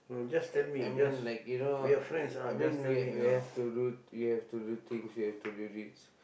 like I mean like you know I mean we we have to you have to do things you have to do